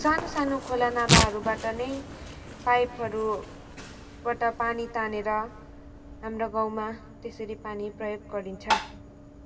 सानो सानो खोला नालाहरूबाट नै पाइपहरूबट पानी तानेर हाम्रो गाउँमा त्यसरी पानी प्रयोग गरिन्छ